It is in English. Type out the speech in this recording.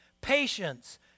patience